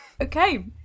Okay